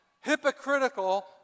hypocritical